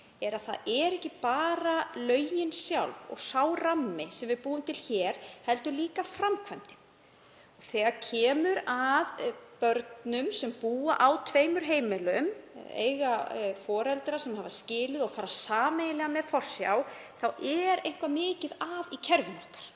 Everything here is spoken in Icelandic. þess, sem eru ekki bara lögin sjálf og sá rammi sem við búum til hér, heldur líka framkvæmdin. Þegar kemur að börnum sem búa á tveimur heimilum, eiga foreldra sem hafa skilið og fara sameiginlega með forsjá, þá er eitthvað mikið að í kerfinu okkar.